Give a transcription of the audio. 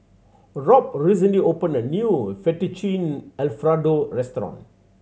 Rob recently opened a new Fettuccine Alfredo restaurant